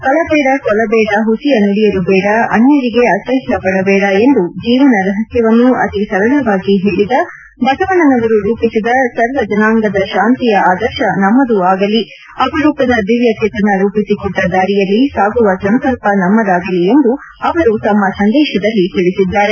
ಕಳ ಬೇಡ ಕೊಲಬೇಡ ಹುಸಿಯ ನುಡಿಯಲು ಬೇಡ ಅನ್ನರಿಗೆ ಅಸಹ್ಯಪಡಬೇಡ ಎಂದು ಜೀವನ ರಹಸ್ಟವನ್ನು ಅತಿ ಸರಳವಾಗಿ ಹೇಳದ ಬಸವಣ್ಣನವರು ರೂಪಿಸಿದ ಸರ್ವ ಜನಾಂಗದ ತಾಂತಿಯ ಆದರ್ಶ ನಮ್ನದೂ ಆಗಲಿ ಅಪರೂಪದ ದಿವ್ಯ ಚೇತನ ರೂಪಿಸಕೊಟ್ಟ ದಾರಿಯಲ್ಲಿ ಸಾಗುವ ಸಂಕಲ್ಪ ನಮ್ನದಾಗಲಿ ಎಂದು ಅವರು ತಮ್ನ ಸಂದೇಶದಲ್ಲಿ ತಿಳಿಸಿದ್ದಾರೆ